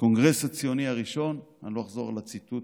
בקונגרס הציוני הראשון, אני לא אחזור על הציטוט